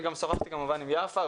אני גם שוחחתי כמובן עם יפה,